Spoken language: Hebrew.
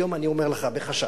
היום, אני אומר לך בחשש: